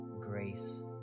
grace